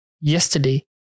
yesterday